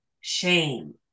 shame